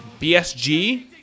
BSG